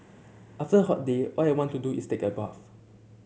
after a hot day all I want to do is take a bath